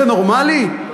זה נורמלי?